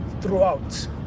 throughout